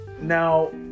Now